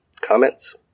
Comments